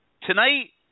Tonight